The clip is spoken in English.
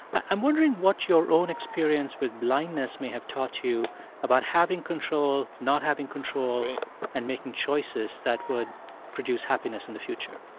i'm wondering what your own experience with blindness may have taught you about having control, not having control and making choices that would produce happiness in the future